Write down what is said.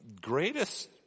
greatest